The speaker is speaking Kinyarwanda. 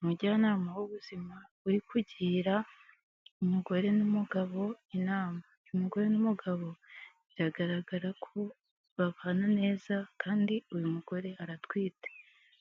Umujyanama w'ubuzima uri kugira umugore n'umugabo inama ,uyu mugore n'umugabo biragaragara ko babana neza ,kandi uyu mugore aratwite